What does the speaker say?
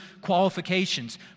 qualifications